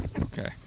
Okay